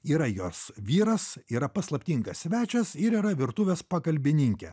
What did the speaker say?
yra jos vyras yra paslaptingas svečias ir yra virtuvės pagalbininkė